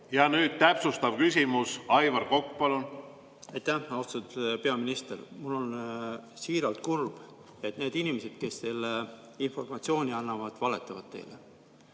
Nüüd täpsustav küsimus. Aivar Kokk, palun! Aitäh! Austatud peaminister! Mul on siiralt kurb, et need inimesed, kes teile selle informatsiooni annavad, valetavad.